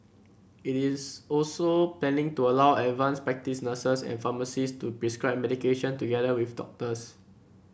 it is also planning to allow advanced practice nurses and pharmacists to prescribe medication together with doctors